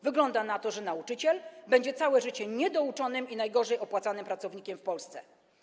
Wygląda na to, że nauczyciel będzie całe życie niedouczonym i najgorzej opłacanym pracownikiem w Polsce.